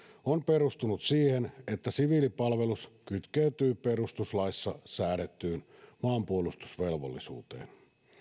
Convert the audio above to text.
on perustunut siihen että siviilipalvelus kytkeytyy perustuslaissa säädettyyn maanpuolustusvelvollisuuteen